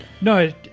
No